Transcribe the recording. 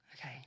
Okay